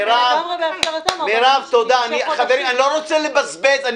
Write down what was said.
--- אני לא רוצה לבזבז זמן,